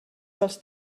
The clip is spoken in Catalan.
dels